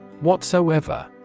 Whatsoever